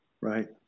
Right